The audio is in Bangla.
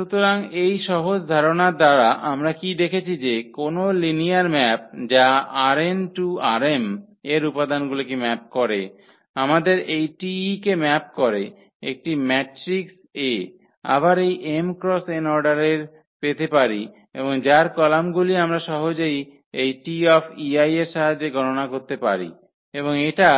সুতরাং এই সহজ ধারণার দ্বারা আমরা কী দেখেছি যে কোনও লিনিয়ার ম্যাপ যা ℝn→ℝm এর উপাদানগুলিকে ম্যাপ করে আমাদের এই 𝑇 কে ম্যাপ করে একটি ম্যাট্রিক্স A আবার এই m x n অর্ডারের পেতে পারি এবং যার কলামগুলি আমরা সহজেই এই 𝑇 এর সাহায্যে গণনা করতে পারি এবং এটা